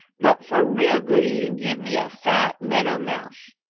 but for real good eating give me a fat meadow mouse.